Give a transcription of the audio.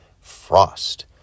frost